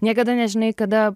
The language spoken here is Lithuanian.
niekada nežinai kada